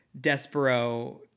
Despero